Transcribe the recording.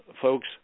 folks